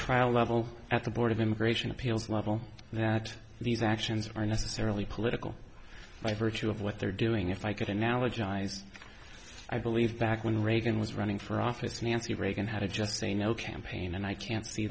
trial level at the board of immigration appeals level that these actions are necessarily political by virtue of what they're doing if i could analogize i believe back when reagan was running for office nancy reagan had a just say no campaign and i can't see